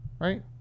Right